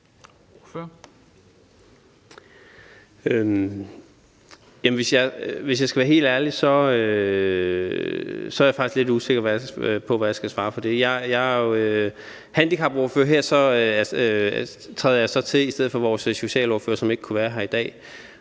Hvis jeg skal være helt ærlig, er jeg faktisk lidt usikker på, hvad jeg skal svare til det. Jeg er jo handicapordfører, og her træder jeg så til i stedet for vores socialordfører, som ikke kunne være her i dag.